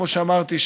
כמו שאמרתי,